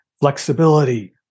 flexibility